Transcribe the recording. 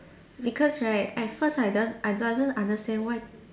because right at first I don't I doesn't understand why